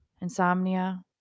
insomnia